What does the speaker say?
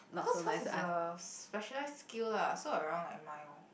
cause hers is a specialised skill lah so around like mine orh